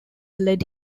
led